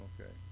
Okay